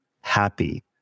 happy